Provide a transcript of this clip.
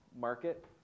market